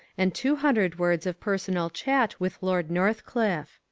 and two hundred words of personal chat with lord northcliffe.